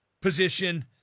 position